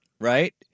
Right